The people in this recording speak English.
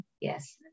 yes